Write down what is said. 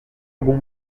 algum